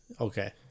Okay